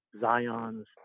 Zion's